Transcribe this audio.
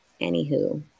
anywho